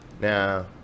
Now